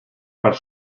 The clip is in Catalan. part